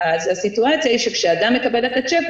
אז הסיטואציה היא שכאשר אדם מקבל את הצ'ק,